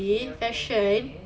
okay okay okay